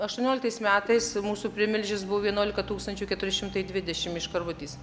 aštuonioliktais metais mūsų primilžis buvo vienuolika tūkstančių keturi šimtai dvidešim iš karvutės